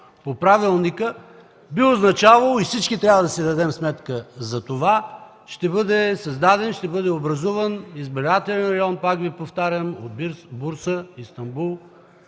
по правилника, би означавало, и всички трябва да си дадем сметка за това, ще бъде създаден, образуван избирателен район, пак повтарям, от Бурса, Истанбул